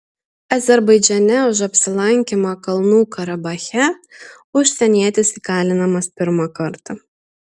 azerbaidžane už apsilankymą kalnų karabache užsienietis įkalinamas pirmą kartą